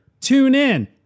TuneIn